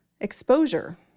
exposure